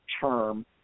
term